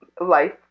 life